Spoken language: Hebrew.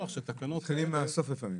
מתחילים מהסוף לפעמים.